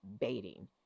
baiting